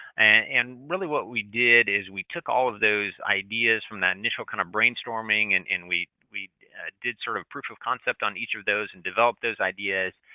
and really, what we did is we took all of those ideas from the initial kind of brainstorming and and we we did sort of proof of concept on each of those and developed those ideas,